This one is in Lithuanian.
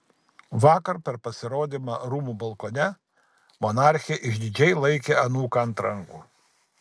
vakar per pasirodymą rūmų balkone monarchė išdidžiai laikė anūką ant rankų